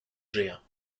géant